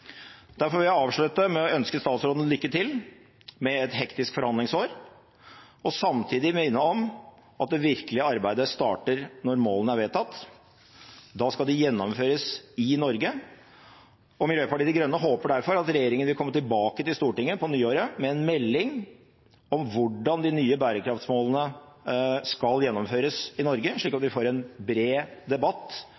Derfor vil jeg avslutte med å ønske statsråden lykke til med et hektisk forhandlingsår og samtidig minne om at det virkelige arbeidet starter når målene er vedtatt. Da skal de innføres i Norge. Miljøpartiet De Grønne håper derfor at regjeringen vil komme tilbake til Stortinget på nyåret med en melding om hvordan de nye bærekraftmålene skal innfris i Norge, slik at vi får en bred debatt